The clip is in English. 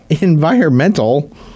Environmental